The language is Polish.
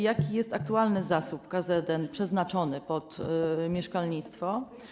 Jaki jest aktualny zasób KZN przeznaczony pod mieszkalnictwo?